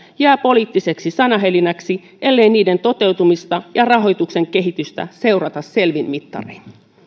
jää poliittiseksi sanahelinäksi ellei niiden toteutumista ja rahoituksen kehitystä seurata selvin mittarein